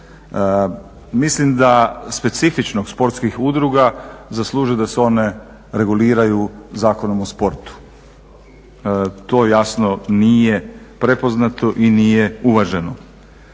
Mislim da specifičnost sportskih udruga zaslužuje da se one reguliraju Zakonom o sportu. To jasno nije prepoznato i nije uvaženo.